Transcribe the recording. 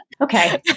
Okay